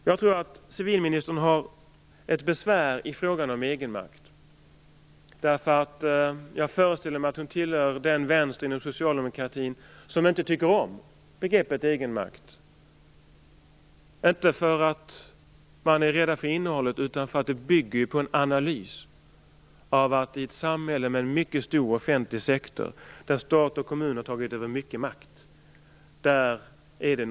Jag tror att civilministern har ett besvär i fråga om egenmakt. Jag föreställer mig att hon tillhör den vänstern inom socialdemokratin som inte tycker om begreppet egenmakt, inte därför att man är rädd för innehållet utan därför att det bygger på en analys att det är något fel i ett samhälle med mycket stor offentlig sektor och där stat och kommun har tagit över mycket makt.